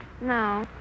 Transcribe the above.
No